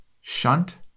shunt